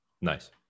Nice